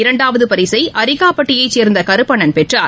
இரண்டாவதுபரிசைஅரிகாபட்டியைச் சேர்ந்தகருப்பணன் பெற்றார்